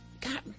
God